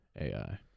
AI